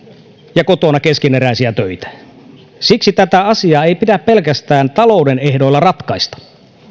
ja kotona keskeneräisiä töitä siksi tätä asiaa ei pidä pelkästään talouden ehdoilla ratkaista